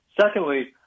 secondly